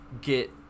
get